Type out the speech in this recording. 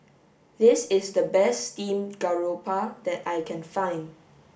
this is the best steamed garoupa that I can find